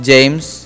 James